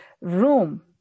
room